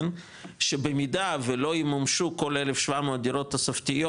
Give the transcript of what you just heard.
שבמידה ולא ימומשו כל 1,700 דירות תוספתיות,